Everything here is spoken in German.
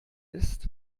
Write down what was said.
ist